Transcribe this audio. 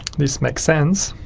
this makes sense,